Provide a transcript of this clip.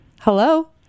hello